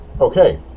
Okay